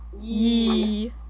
Yee